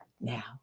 now